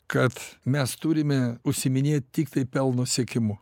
kad mes turime užsiiminėt tiktai pelno siekimu